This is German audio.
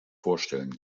vorstellen